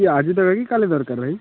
ଆଜି ଦରକାର କି କାଲି ଦରକାର ଭାଇ